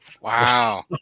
Wow